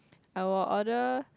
I will order